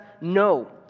no